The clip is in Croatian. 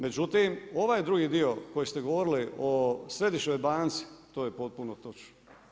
Međutim, ovaj drugi dio koji ste govorili o Središnjoj banci, to je potpuno točno.